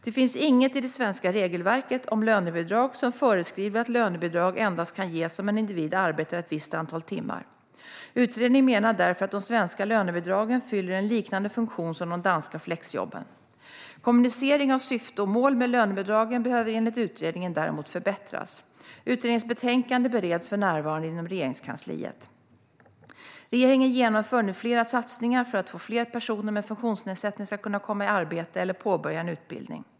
Det finns inget i det svenska regelverket om lönebidrag som föreskriver att lönebidrag endast kan ges om en individ arbetar ett visst antal timmar. Utredningen menar därför att de svenska lönebidragen fyller en liknande funktion som de danska flexjobben. Däremot behöver kommunikationen om syfte och mål med lönebidragen förbättras enligt utredningen. Utredningens betänkande bereds för närvarande inom Regeringskansliet. Regeringen genomför nu flera satsningar för att fler personer med funktionsnedsättning ska kunna komma i arbete eller påbörja en utbildning.